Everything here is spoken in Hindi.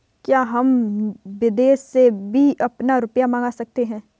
क्या हम विदेश से भी अपना रुपया मंगा सकते हैं?